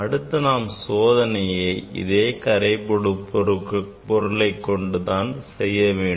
அடுத்து நாம் சோதனையை இதே கரைபடு பொருளைக் கொண்டு தான் செய்ய வேண்டும்